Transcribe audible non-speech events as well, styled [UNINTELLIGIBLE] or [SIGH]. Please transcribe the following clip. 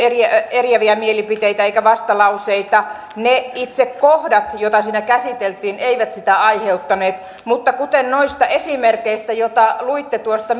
eriäviä mielipiteitä eikä vastalauseita ne itse kohdat joita siinä käsiteltiin eivät sitä aiheuttaneet mutta kuten noista esimerkeistä joita luitte tuosta [UNINTELLIGIBLE]